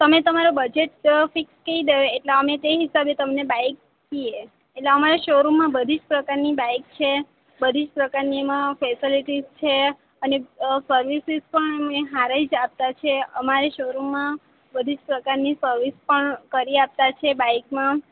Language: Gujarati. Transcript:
તમે તમારું બજેટ ફિક્સ કહી દો તો અમે તે હિસાબે તમને બાઇક દઈએ એટલે અમારા શૉરૂમમાં બધી જ પ્રકારની બાઇક છે બધી જ પ્રકારની એમાં ફેસેલિટીસ છે અને સર્વિસ પણ એ સારી જ આપે છે અમારે શોરૂમમાં બધી જ પ્રકારની સર્વિસ પણ કરી આપે છે બાઇકમાં